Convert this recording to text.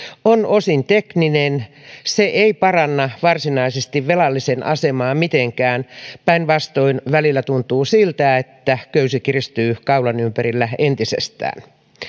on osin tekninen se ei paranna varsinaisesti velallisen asemaa mitenkään päinvastoin välillä tuntuu siltä että köysi kiristyy kaulan ympärillä entisestään